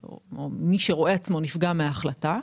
שמי שרואה עצמו נפגע מההחלטה,